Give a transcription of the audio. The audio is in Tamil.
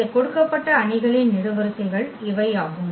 இந்த கொடுக்கப்பட்ட அணிகளின் நெடுவரிசைகள் இவை ஆகும்